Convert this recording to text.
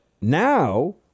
now